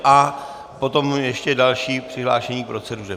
A potom ještě další přihlášení k proceduře.